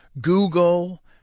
Google